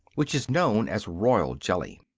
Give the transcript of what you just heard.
which is known as royal jelly.